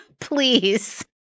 Please